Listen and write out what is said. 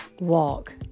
walk